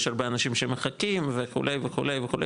יש הרבה אנשים שמחכים וכו' וכו' וכו',